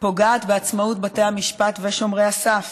פוגעת בעצמאות בתי המשפט ושומרי הסף,